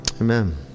Amen